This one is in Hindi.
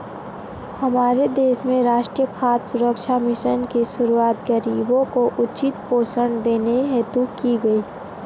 हमारे देश में राष्ट्रीय खाद्य सुरक्षा मिशन की शुरुआत गरीबों को उचित पोषण देने हेतु की गई